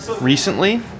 recently